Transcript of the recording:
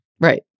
right